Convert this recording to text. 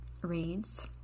reads